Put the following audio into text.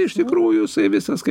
iš tikrųjų jisai visas kaip